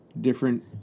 different